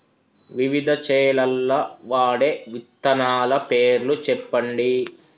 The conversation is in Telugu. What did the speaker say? వివిధ చేలల్ల వాడే విత్తనాల పేర్లు చెప్పండి?